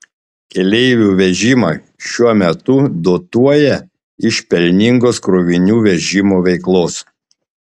keleivių vežimą šiuo metu dotuoja iš pelningos krovinių vežimo veiklos